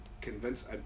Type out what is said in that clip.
convince